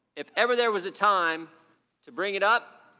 if ever there was a time to bring it up,